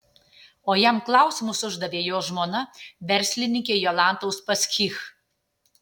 o jam klausimus uždavė jo žmona verslininkė jolanta uspaskich